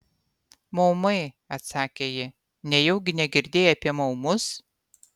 maumai atsakė ji nejaugi negirdėjai apie maumus